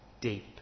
deep